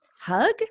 Hug